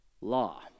law